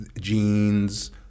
jeans